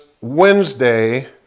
Wednesday